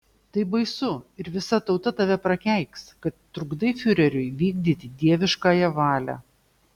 tai baisu ir visa tauta tave prakeiks kad trukdai fiureriui vykdyti dieviškąją valią